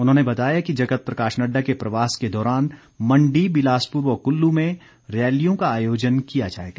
उन्होंने बताया कि जगत प्रकाश नड्डा के प्रवास के दौरान मंडी बिलासपुर व कुल्लू में रैलियों का आयोजन किया जाएगा